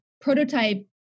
prototype